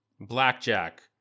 Blackjack